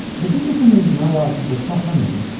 but this was something not a lot of people saw coming,